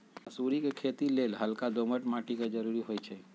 मसुरी कें खेति लेल हल्का दोमट माटी के जरूरी होइ छइ